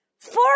Four